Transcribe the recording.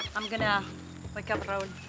i'm going to wake up raul.